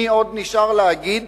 מי עוד נשאר להגיד,